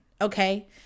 okay